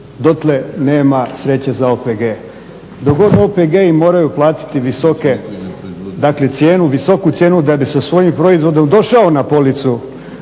dotle nema sreće za OPG. Dok god OPG-i moraju platiti visoku cijenu da bi sa svojim proizvodom došao na policu,